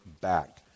back